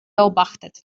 beobachtet